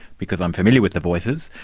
because i'm familiar with the voices,